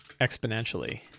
exponentially